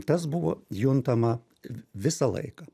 tas buvo juntama visą laiką